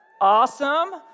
Awesome